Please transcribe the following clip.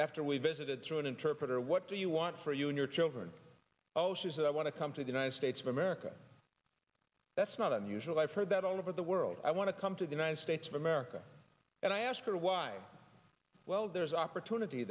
after we visited through an interpreter what do you want for you and your children oh she said i want to come to the united states of america that's not unusual i've heard that all over the world i want to come to the united states of america and i ask her why well there's opportunity